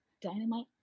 Dynamite